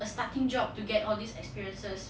a starting job to get all these experiences